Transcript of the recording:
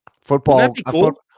Football